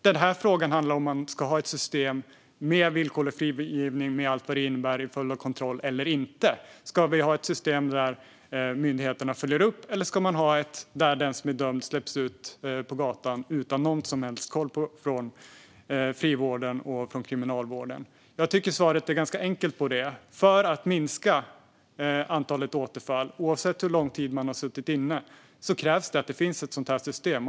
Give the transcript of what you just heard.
Denna fråga handlar om huruvida man ska ha ett system med villkorlig frigivning, med allt vad det innebär i form av kontroll, eller inte. Ska vi ha ett system där myndigheterna följer upp, eller ska vi ha ett där den som är dömd släpps ut på gatan utan någon som helst koll från frivården och från kriminalvården? Jag tycker att svaret är ganska enkelt. För att minska antalet återfall, oavsett hur lång tid man har suttit inne, krävs det att det finns ett sådant här system.